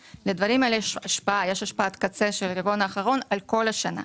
לדברים האלה יש השפעת קצה של הרבעון האחרון על כל השנה.